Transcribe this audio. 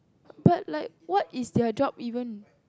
but like what is their job even